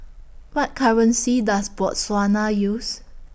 What currency Does Botswana use